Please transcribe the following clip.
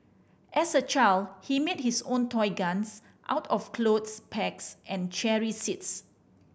as a child he made his own toy guns out of clothes pegs and cherry seeds